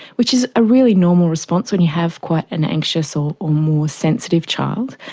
which is a really normal response when you have quite an anxious or or more sensitive child,